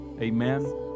Amen